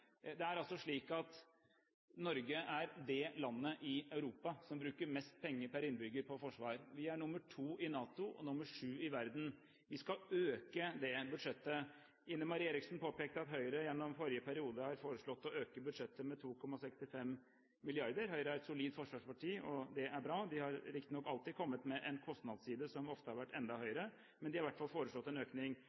Det er altså slik at Norge er det landet i Europa som bruker mest penger per innbygger på forsvar. Vi er nr. 2 i Nato og nr. 7 i verden. Vi skal øke det budsjettet. Ine M. Eriksen Søreide påpekte at Høyre i forrige periode foreslo å øke budsjettet med 2,65 mrd. kr. Høyre er et solid forsvarsparti, og det er bra. De har riktignok alltid kommet med en kostnadsside som ofte har vært enda høyere, men de har i hvert fall foreslått en økning.